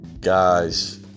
guys